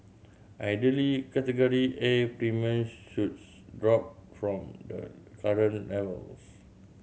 ideally Category A premiums should drop from the current levels